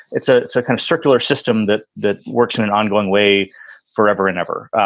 it's ah it's a kind of circular system that that works in an ongoing way forever and ever.